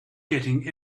getting